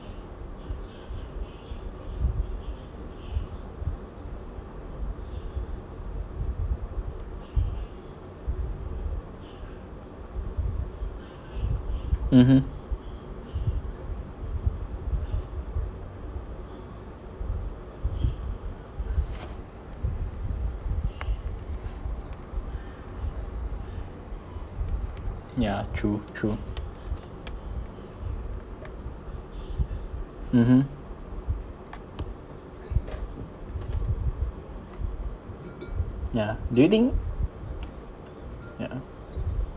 mmhmm ya true true mmhmm ya do you think ya